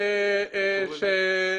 לכן הוא לא הורשע ברצח השב"ס צריך